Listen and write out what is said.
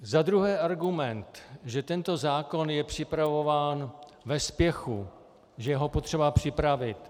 Zadruhé argument, že tento zákon je připravován ve spěchu, že je ho potřeba připravit.